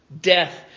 Death